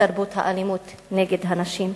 בתרבות האלימות נגד נשים,